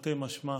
תרתי משמע.